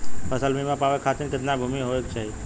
फ़सल बीमा पावे खाती कितना भूमि होवे के चाही?